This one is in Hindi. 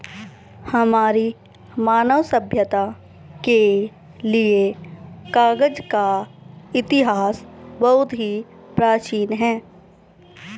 हमारी मानव सभ्यता के लिए कागज का इतिहास बहुत ही प्राचीन है